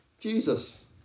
Jesus